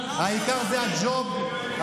העיקר זה הג'וב?